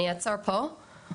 אני אעצור פה,